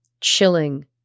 Chilling